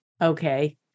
Okay